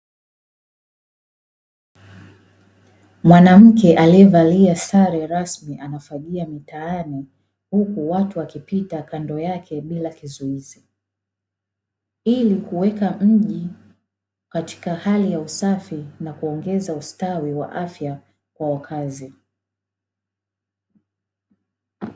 Mwanamke aliyevalia sare rasmi anafagia mitaani huku watu wakipita kando yake bila kizuizi. ili kuweka mji katika hali ya usafi na kuongeza ustawi wa afya kwa wakazi.